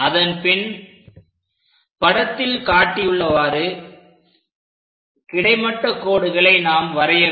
அதன்பின் படத்தில் காட்டியுள்ளவாறு கிடைமட்ட கோடுகளை நாம் வரைய வேண்டும்